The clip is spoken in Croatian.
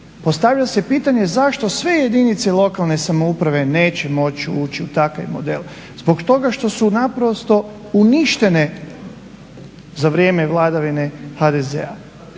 Postavlja se pitanje zašto sve jedinice lokalne samouprave neće moći ući u takav model, zbog toga što su naprosto uništene za vrijeme vladavine HDZ-a.